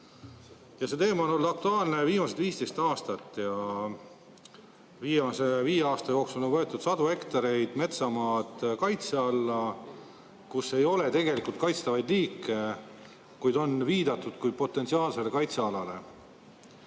See teema on olnud aktuaalne viimased 15 aastat ja viimase viie aasta jooksul on võetud sadu hektareid metsamaad kaitse alla. Seal ei ole tegelikult kaitstavaid liike, kuid on viidatud kui potentsiaalsele kaitsealale.